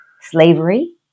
slavery